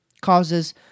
Causes